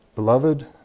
Beloved